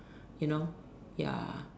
you know ya